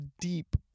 deep